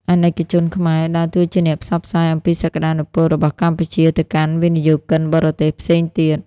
អាណិកជនខ្មែរ ដើរតួជាអ្នកផ្សព្វផ្សាយអំពីសក្ដានុពលរបស់កម្ពុជា ទៅកាន់វិនិយោគិនបរទេសផ្សេងទៀត